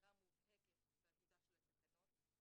אמירה מובהקת בטיוטה של התקנות.